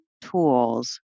tools